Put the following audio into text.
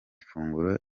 funguro